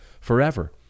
forever